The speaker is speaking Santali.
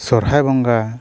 ᱥᱚᱨᱦᱟᱭ ᱵᱚᱸᱜᱟ